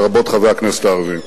לרבות חברי הכנסת הערבים: